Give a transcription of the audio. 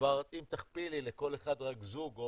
אם תכפילי לכל אחת רק שתיים או